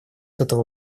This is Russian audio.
этого